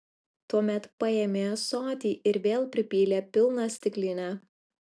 tuomet paėmė ąsotį ir vėl pripylė pilną stiklinę